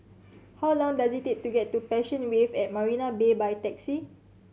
how long does it take to get to Passion Wave at Marina Bay by taxi